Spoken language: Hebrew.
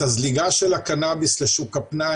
את הזליגה של הקנאביס לשוק הפנאי,